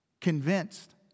convinced